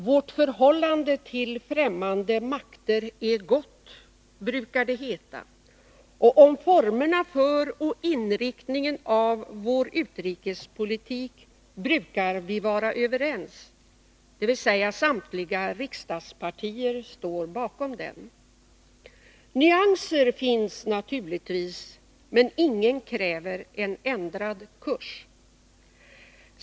”Vårt förhållande till främmande makter är gott”, brukar det heta, och om formerna för och inriktningen av vår utrikespolitik brukar vi vara överens, dvs. samtliga riksdagspartier står bakom den. Nyanser finns naturligtvis. Men ingen kräver en ändrad kurs.